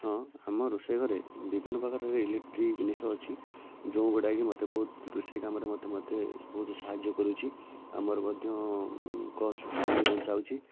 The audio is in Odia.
ହଁ ଆମ ରୋଷେଇ ଘରେ ବିଭିନ୍ନ ପ୍ରକାରର ଇଲେକ୍ଟ୍ରିକ୍ ଜିନିଷ ଅଛି ଯେଉଁଗୁଡ଼ାକି ମୋତେ ବହୁତ ରୋଷେଇ କାମରେ ମୋତେ ମୋତେ ବହୁତ ସାହାଯ୍ୟ କରୁଛି ଆମର ମଧ୍ୟ ସମୟ ବଞ୍ଚାଉଛି